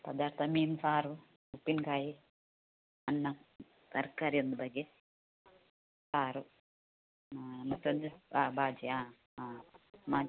ಪದಾರ್ಥ ಮೀನು ಸಾರು ಉಪ್ಪಿನಕಾಯಿ ಅನ್ನ ತರಕಾರಿ ಒಂದು ಬಗೆ ಸಾರು ಮತ್ತೊಂದು ಹಾಂ ಬಾಜಿ ಹಾಂ ಹಾಂ